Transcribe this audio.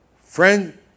Friend